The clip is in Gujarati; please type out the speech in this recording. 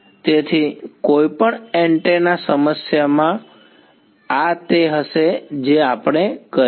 તેથી કોઈપણ એન્ટેના સમસ્યામાં આ તે હશે જે આપણે કરીશું